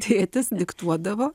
tėtis diktuodavo